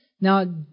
Now